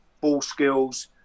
ball-skills